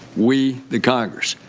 we the congress.